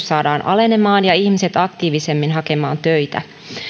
saadaan alenemaan ja ihmiset aktiivisemmin hakemaan töitä